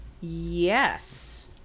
Yes